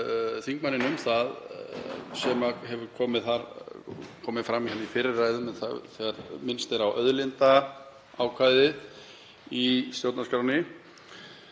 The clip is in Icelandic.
þingmanninn um það sem hefur komið fram í fyrri ræðum. Þegar minnst er á auðlindaákvæðið í stjórnarskránni